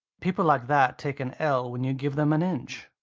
people like that take an ell when you give them an inch.